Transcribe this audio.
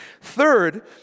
Third